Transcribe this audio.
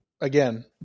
again